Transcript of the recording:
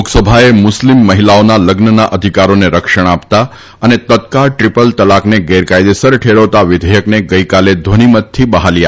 લોકસભાએ મુસ્લીમ મહિલાઓના લઝ્નના અધિકારોને રક્ષણ આપતા અને તત્કાળ દ્રિપલ તલાકને ગેરકાયદેસર ઠેરવતા વિઘેયકને ગઈકાલે ધ્વનીમતથી બહાલી આપી છે